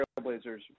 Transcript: Trailblazers